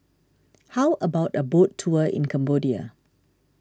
how about a boat tour in Cambodia